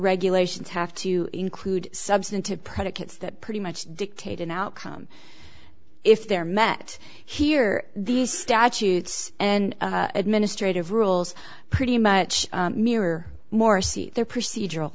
regulations have to include substantive predicates that pretty much dictate an outcome if there are met here these statutes and administrative rules pretty much mirror morsi they're procedural